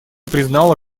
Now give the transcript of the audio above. признала